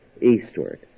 eastward